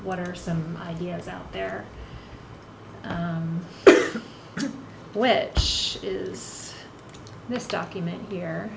what are some ideas out there which is this document here